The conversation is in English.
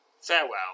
farewell